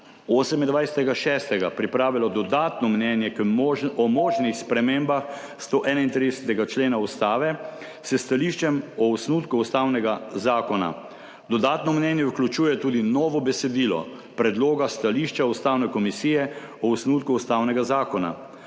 28. 6. pripravila dodatno mnenje o možnih spremembah 131. člena Ustave s stališčem o osnutku ustavnega zakona. Dodatno mnenje vključuje tudi novo besedilo predloga stališča Ustavne komisije o osnutku ustavnega zakona.